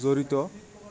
জড়িত